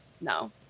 no